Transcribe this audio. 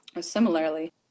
similarly